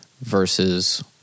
versus